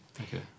Okay